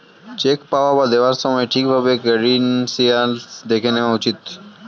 check পাওয়া বা দেওয়ার সময় ঠিক ভাবে ক্রেডেনশিয়াল্স দেখে নেওয়া উচিত